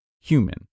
human